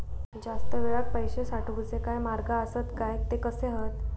जास्त वेळाक पैशे साठवूचे काय मार्ग आसत काय ते कसे हत?